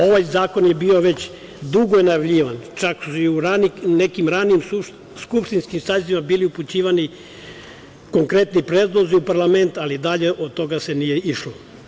Ovaj zakon je bio dugo najavljivan, čak su u nekim ranijim skupštinskim sazivima bili upućivani konkretni predlozi u parlament, ali dalje od toga se nije išlo.